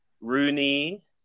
Rooney